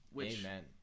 Amen